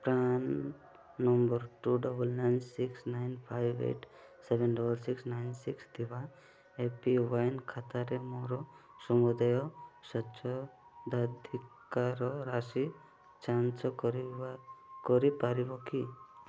PRAN number two double nine six nine five eight seven six nine six ଥିବା A P Y ଖାତାରେ ମୋର ସମୁଦାୟ ସ୍ୱତ୍ୱାଧିକାର ରାଶି ଯାଞ୍ଚ କରିପାରିବ କି